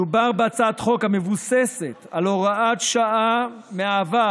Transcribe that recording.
מדובר בהצעת חוק המבוססת על הוראת שעה מהעבר